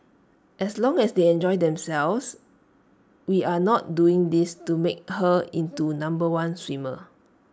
as long as they enjoy themselves we are not doing this to make her into number one swimmer